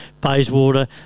Bayswater